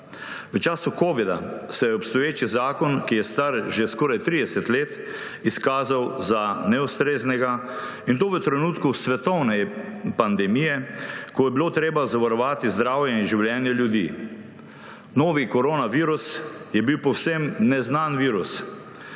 V času covida se je obstoječi zakon, ki je star že skoraj 30 let, izkazal za neustreznega, in to v trenutku svetovne pandemije, ko je bilo treba zavarovati zdravje in življenje ljudi. Novi koronavirus je bil povsem neznan virus,